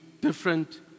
different